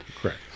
Correct